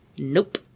Nope